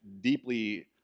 deeply